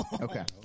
Okay